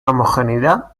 homogeneidad